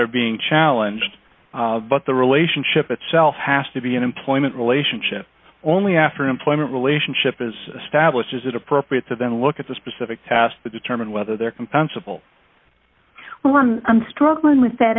are being challenged but the relationship itself has to be an employment relationship only after an employment relationship is established is it appropriate to then look at the specific past to determine whether their compensable well i'm struggling with that